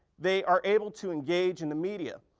they are able to engage in the media.